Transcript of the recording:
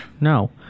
No